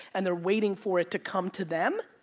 and they're waiting for it to come to them.